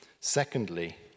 Secondly